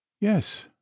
Yes